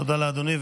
תודה לאדוני,